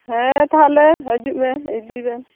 ᱦᱮᱸ ᱛᱟᱦᱚᱞᱮ ᱦᱟᱡᱤᱜ ᱢᱮ ᱤᱫᱤ ᱢᱮ